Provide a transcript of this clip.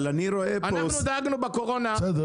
סליחה,